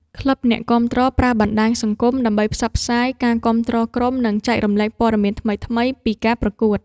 ក្លឹបអ្នកគាំទ្រប្រើបណ្តាញសង្គមដើម្បីផ្សព្វផ្សាយការគាំទ្រក្រុម និងចែករំលែកព័ត៌មានថ្មីៗពីការប្រកួត។